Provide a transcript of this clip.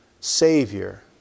savior